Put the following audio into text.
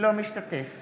אינו משתתף